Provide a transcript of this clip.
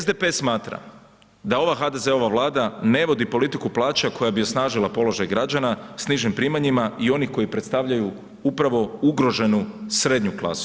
SDP smatra da ova HDZ-ova Vlada ne vodi politiku plaća koja bi osnažila položaj građana s nižim primanjima i onih koji predstavljaju upravo ugroženu srednju klasu.